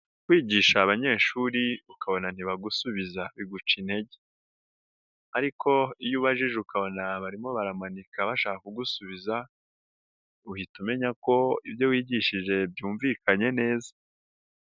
Kwigisha abanyeshuri ukabona ntibagusubiza biguca intege, ariko iyo ubajije ukabona abarimo baramanika bashaka kugusubiza uhita umenya ko ibyo wigishije byumvikanye neza.